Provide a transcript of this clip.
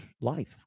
life